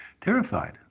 terrified